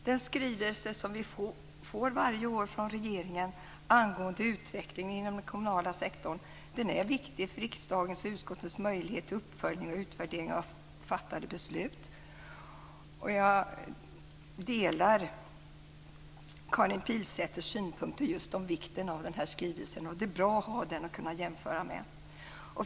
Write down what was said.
Den skrivelse som vi får varje år från regeringen angående utvecklingen inom den kommunala sektorn är viktig för riksdagens och utskottens möjlighet till uppföljning och utvärdering av fattade beslut. Jag delar Karin Pilsäters syn på just vikten av denna skrivelse. Det är bra att ha den att jämföra med.